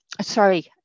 sorry